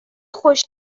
خوش